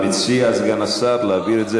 מציע, אף אחד לא נותן.